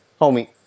homie